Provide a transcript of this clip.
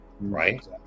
right